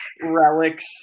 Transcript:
relics